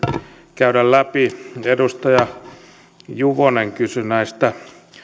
käydä läpi edustaja juvonen kysyi näistä